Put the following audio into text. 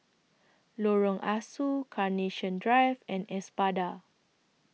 Lorong Ah Soo Carnation Drive and Espada